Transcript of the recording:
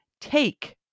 take